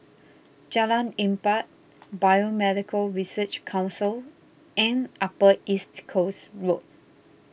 Jalan Empat Biomedical Research Council and Upper East Coast Road